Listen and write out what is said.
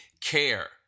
care